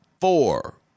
four